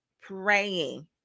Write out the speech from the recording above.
praying